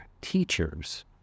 teachers